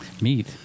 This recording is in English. Meat